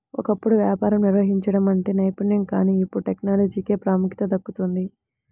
ఒకప్పుడు వ్యాపారం నిర్వహించడం అంటే నైపుణ్యం కానీ ఇప్పుడు టెక్నాలజీకే ప్రాముఖ్యత దక్కుతోంది